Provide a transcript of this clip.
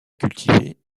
cultiver